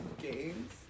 games